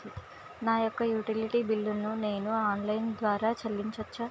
నా యొక్క utility bill ను నేను ఆన్ లైన్ ద్వారా చెల్లించొచ్చా?